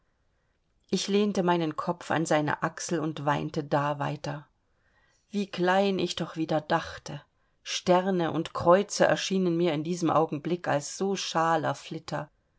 ich lehnte meinen kopf an seine achsel und weinte da weiter wie klein ich doch wieder dachte sterne und kreuze erschienen mir in diesem augenblick als so schaler flitter